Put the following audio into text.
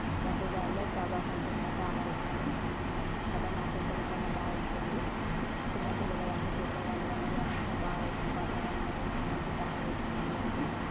బాహుబలిలో ప్రభాస్ అంటే ఇంకా చాలా ఇష్టము అతను నటించిన నటనా చాలా బాగుంటుంది చిన్నపిల్లలు కానీ పెద్దవాళ్ళు కానీ ఎవరైనా బాగా ఇష్టపడతారు ఆయన నటన అంటే చాలా ఇష్టం అందరికీ బాహుబలిలో వాళ్ళ అమ్మ కోసం చేసిన త్యాగం బాగా నచ్చింది రానాతో చేసిన ఏదైనా